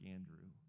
Andrew